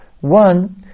One